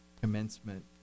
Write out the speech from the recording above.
commencement